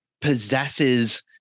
possesses